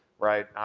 right.